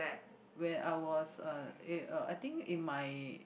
when I was uh eh uh I think in my